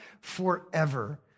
forever